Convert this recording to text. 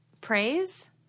praise